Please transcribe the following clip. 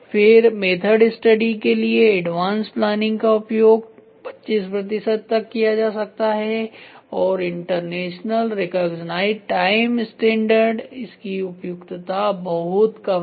फिर method study के लिए एडवांस प्लानिंग का उपयोग 25 प्रतिशत तक किया जा सकता है और इंटरनेशनल रेकग्निजिड टाइम्स स्टैण्डर्ड इसकी उपयुक्तता बहुत कम है